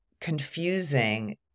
confusing